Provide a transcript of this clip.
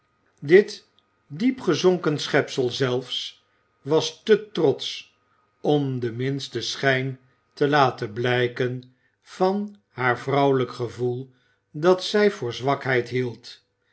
dit diep gezonken schepsel zelfs was te trotsch om den minsten schijn te laten blijken van haar vrouwelijk gevoel dat zij voor zwakheid hield